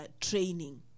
training